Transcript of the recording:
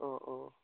অঁ অঁ